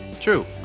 True